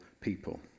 people